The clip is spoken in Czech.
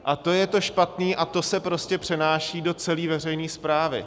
A to je to špatné a to se prostě přenáší do celé veřejné správy.